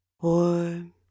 warm